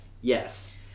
Yes